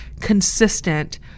consistent